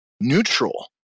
neutral